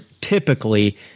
typically